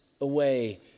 away